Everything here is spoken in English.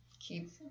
keep